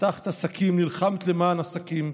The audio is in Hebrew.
פתחת עסקים, נלחמת למען עסקים,